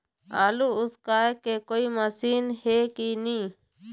आलू उसकाय के कोई मशीन हे कि नी?